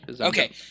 Okay